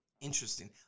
Interesting